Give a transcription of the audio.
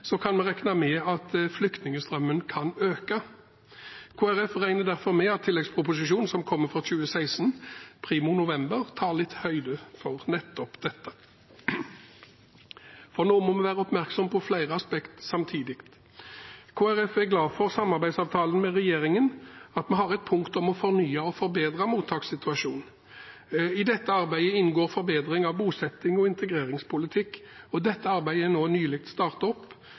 kan vi regne med at flyktningstrømmen kan øke. Kristelig Folkeparti regner derfor med at tilleggsproposisjonen som kommer for 2016 primo november, tar høyde for nettopp dette, for nå må vi være oppmerksomme på flere aspekter samtidig. Kristelig Folkeparti er glad for samarbeidsavtalen med regjeringen, at vi har et punkt om å fornye og forbedre mottakssituasjonen. I dette arbeidet inngår forbedring av bosettings- og integreringspolitikken, og dette arbeidet er nå nylig startet opp.